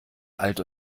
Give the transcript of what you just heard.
alt